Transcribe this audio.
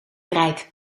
draait